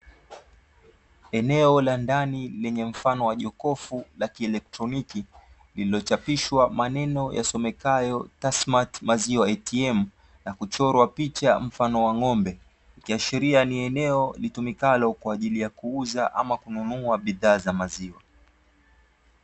Eneo la ndani lenye mfano wa jokofu la kielektroniki, lililochapishwa maneno yasomekayo "TASSMATT maziwa ATM", nakuchorwa picha mfano wa ng’ombe. Ikiashiria ni eneo litumikalo kwa ajili ya kuuza ama kununua bidhaa za maziwa.